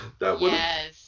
Yes